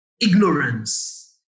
ignorance